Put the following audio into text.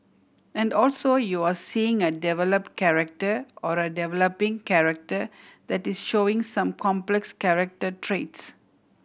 and also you're seeing a develop character or a developing character that is showing some complex character traits